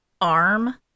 arm